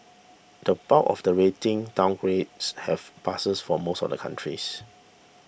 the bulk of the rating downgrades have passes for most of the countries